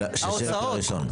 לא, ההוצאות.